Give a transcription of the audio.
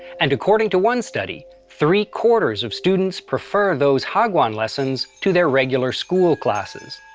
and, according to one study, three-quarters of students prefer those hagwon lessons to their regular school classes.